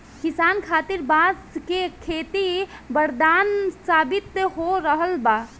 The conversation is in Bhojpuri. किसान खातिर बांस के खेती वरदान साबित हो रहल बा